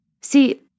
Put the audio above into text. See